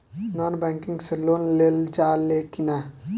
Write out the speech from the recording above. Non banking से loan लेल जा ले कि ना?